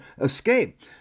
escape